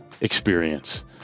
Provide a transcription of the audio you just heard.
experience